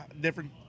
different